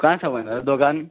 कहाँ छ भन त दोकान